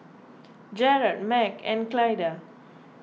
Jared Meg and Clyda